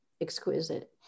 exquisite